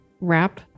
wrap